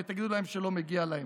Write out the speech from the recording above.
ותגידו להם שלא מגיע להם.